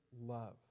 love